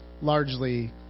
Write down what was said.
largely